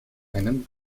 einen